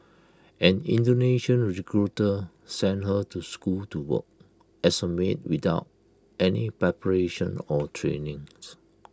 an Indonesian recruiter sent her to school to work as A maid without any preparation or trainings